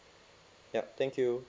ya thank you